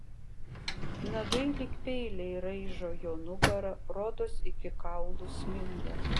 nagai lyg peiliai raižo jo nugarą rodos iki kaulų sminga